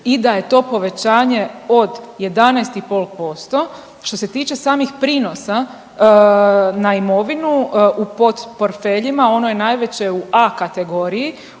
i da je to povećanje od 11,5%. Što se tiče samih prinosa na imovinu u potporfeljima ono je najveće u A kategoriji